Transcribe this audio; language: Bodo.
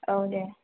औ दे